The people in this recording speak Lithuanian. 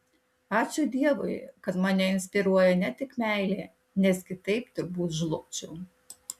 ačiū dievui kad mane inspiruoja ne tik meilė nes kitaip turbūt žlugčiau